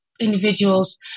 individuals